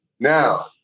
Now